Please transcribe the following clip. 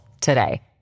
today